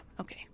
Okay